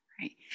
right